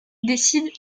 décident